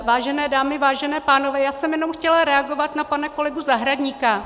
Vážené dámy, vážení pánové, jen jsem chtěla reagovat na pana kolegu Zahradníka.